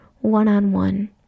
one-on-one